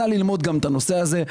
נא ללמוד גם את הנושא הזה.